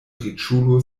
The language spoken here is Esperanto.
riĉulo